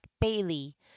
bailey